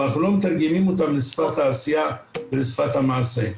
אבל אנחנו לא מתרגמים אותם לשפת העשייה ולשפת המעשה.